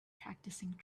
practicing